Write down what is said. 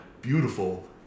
beautiful